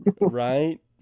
Right